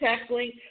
tackling